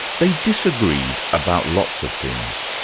they disagreed about lots of things,